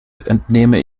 entnehme